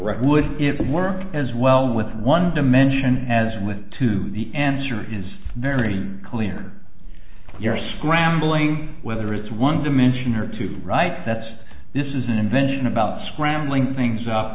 would it work as well with one dimension as with two the answer is very clear you're scrambling whether it's one dimension or two right that's this is an invention about scrambling things up